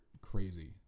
crazy